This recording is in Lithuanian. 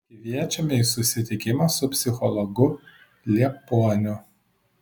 kviečiame į susitikimą su psichologu liepuoniu